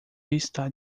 está